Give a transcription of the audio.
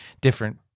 different